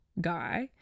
guy